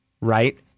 right